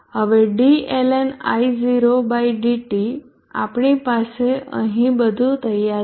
હવે ddT આપણી પાસે અહીં બધું તૈયાર છે